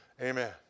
Amen